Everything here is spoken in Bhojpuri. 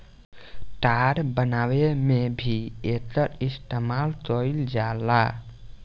तार बनावे में भी एकर इस्तमाल कईल जाला